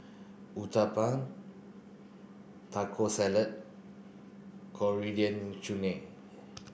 Uthapam Taco Salad Coriander Chutney